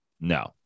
No